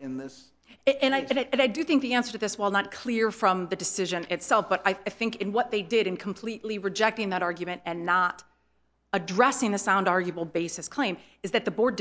in this it and i did it and i do think the answer to this well not clear from the decision itself but i think in what they did in completely rejecting that argument and not addressing a sound arguable basis claim is that the board